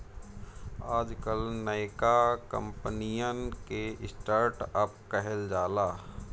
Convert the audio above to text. आजकल नयका कंपनिअन के स्टर्ट अप कहल जाला